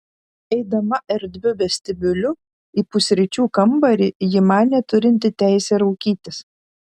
eidama erdviu vestibiuliu į pusryčių kambarį ji manė turinti teisę raukytis